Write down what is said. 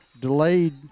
delayed